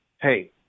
Hey